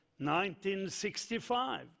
1965